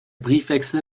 briefwechsel